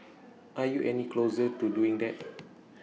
are you any closer to doing that